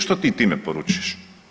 Što ti time poručiš?